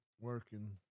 working